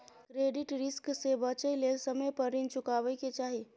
credit risk से बचइ लेल समय पर रीन चुकाबै के चाही